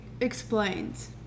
explains